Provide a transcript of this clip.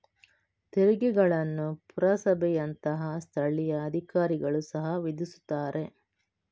ತೆರಿಗೆಗಳನ್ನು ಪುರಸಭೆಯಂತಹ ಸ್ಥಳೀಯ ಅಧಿಕಾರಿಗಳು ಸಹ ವಿಧಿಸುತ್ತಾರೆ